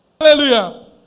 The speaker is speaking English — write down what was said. Hallelujah